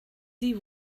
sie